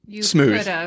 smooth